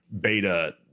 beta